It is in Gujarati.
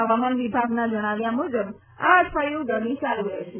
હવામાન વિભાગના જણાવ્યા મુજબ આ અઠવાડીયું ગરમી ચાલુ રહેશે